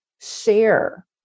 share